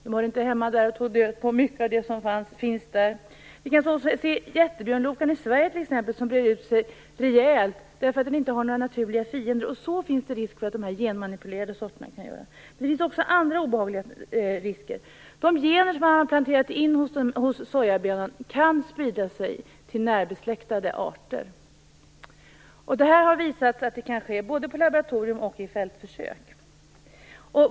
De hörde inte hemma där och tog död på mycket av det som tidigare fanns. Vi kan se hur jättebjörnlokan breder ut sig rejält i Sverige därför att den inte har några naturliga fiender. Det finns risk för att de genmanipulerade sorterna också kan göra det. Det finns också andra obehagliga risker. De gener som har planterats in i sojaböjan kan sprida sig till närbesläktade arter. Att det kan ske har visats både på laboratorium och i fältförsök.